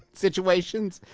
situations.